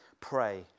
pray